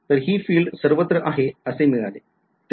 तर हि फील्ड सर्वत्र आहे असे मिळेल